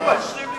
לא מאשרים לי,